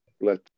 let